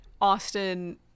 Austin